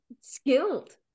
skilled